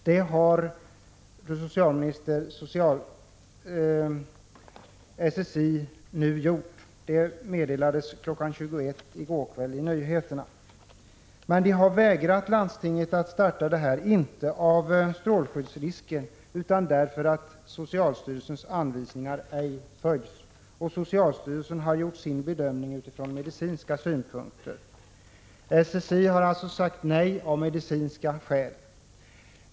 Det har SSI nu också gjort — det meddelades i nyhetssändningarna kl. 21i går kväll. Landstinget har inte vägrats att starta verksamheten med hänsyn till strålskyddsrisker, utan därför att socialstyrelsens anvisningar ej följs. Socialstyrelsen har gjort sin bedömning utifrån medicinska synpunkter. SSI har alltså sagt nej av medicinska skäl.